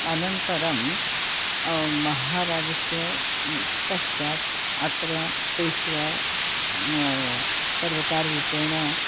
अनन्तरं महाराजस्य पश्चात् अत्र पेशवा सर्वकाररूपेण